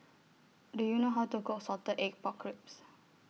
Do YOU know How to Cook Salted Egg Pork Ribs